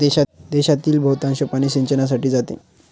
देशातील बहुतांश पाणी सिंचनासाठी जाते